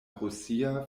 rusia